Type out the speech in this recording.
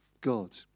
God